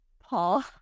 paul